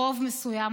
ברוב מסוים,